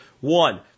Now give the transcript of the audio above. One